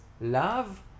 love